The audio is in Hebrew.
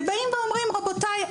ובאים ואומרים רבותיי,